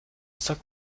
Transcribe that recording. sagt